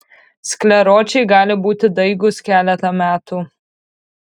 skleročiai gali būti daigūs keletą metų